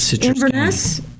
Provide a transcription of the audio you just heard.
inverness